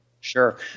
Sure